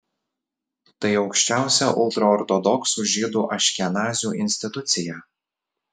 tai aukščiausia ultraortodoksų žydų aškenazių institucija